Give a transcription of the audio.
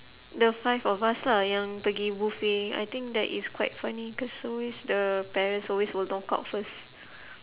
the five of us lah yang pergi buffet I think that is quite funny cause always the parents always will knockout first